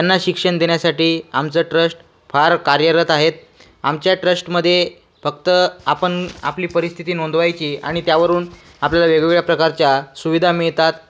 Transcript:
त्यांना शिक्षण देण्यासाठी आमचं ट्रस्ट फार कार्यरत आहेत आमच्या ट्रस्टमध्ये फक्त आपण आपली परिस्थिती नोंदवायची आणि त्यावरून आपल्याला वेगवेगळ्या प्रकारच्या सुविधा मिळतात